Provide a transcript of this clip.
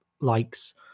likes